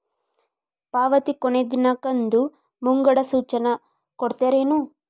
ಪಾವತಿ ಕೊನೆ ದಿನಾಂಕದ್ದು ಮುಂಗಡ ಸೂಚನಾ ಕೊಡ್ತೇರೇನು?